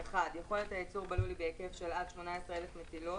יכולת הייצור בלול היא בהיקף של עד 18,000 מטילות